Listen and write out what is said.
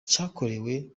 cyakorewe